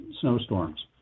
snowstorms